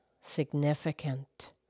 significant